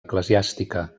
eclesiàstica